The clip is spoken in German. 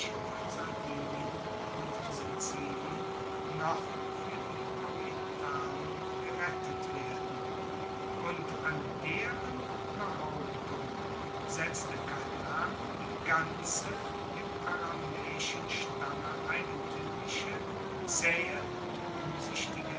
von sardinien und sizilien noch fuer die orientalen gerettet werden und an deren behauptung setzte karthago die ganze dem aramaeischen stamme eigentuemliche zaehe und umsichtige